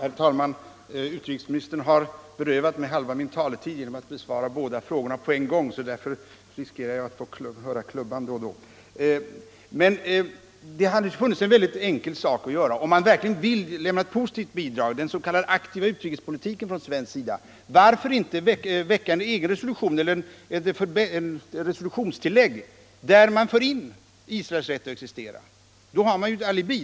Herr talman! Utrikesministern har berövat mig halva min taletid genom att besvara båda mina enkla frågor på en gång. Därför riskerar jag att då och då få höra talmannens klubba under denna debatt. Man hade kunnat vidta en mycket enkel åtgärd, om man verkligen ville lämna ett positivt bidrag i linje med den svenska s.k. aktiva utrikespolitiken, nämligen att lägga fram en egen resolution eller ett resolutionstillägg, där Israels rätt att existera infördes. Då hade man haft ett alibi.